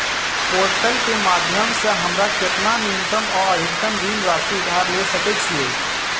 Portal केँ माध्यम सऽ हमरा केतना न्यूनतम आ अधिकतम ऋण राशि उधार ले सकै छीयै?